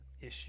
issue